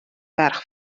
ferch